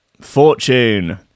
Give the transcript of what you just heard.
Fortune